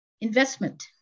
investment